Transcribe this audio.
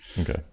Okay